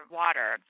water